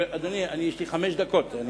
אדוני היושב-ראש,